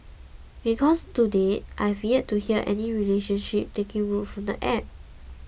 because to date I have yet to hear of any relationship taking root from the app